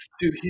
Dude